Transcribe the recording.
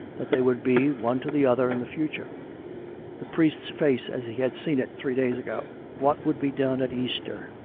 that they would be, one to the other, in the future the priest's face as he had seen it three days ago what would be done at easter,